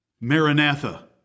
maranatha